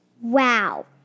Wow